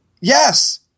yes